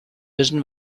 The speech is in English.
vision